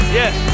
yes